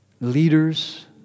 leaders